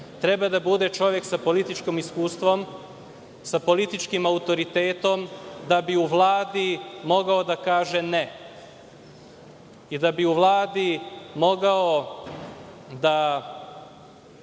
treba da bude čovek sa političkim iskustvom, sa političkim autoritetom, da bi u Vladi mogao da kaže – ne i da bi u Vladi mogao da